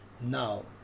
Now